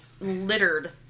littered